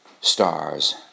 stars